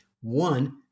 One